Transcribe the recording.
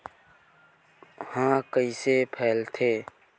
ह कइसे फैलथे?